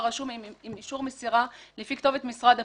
רשום עם אישור מסירה לפי כתובת משרד הפנים.